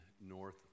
North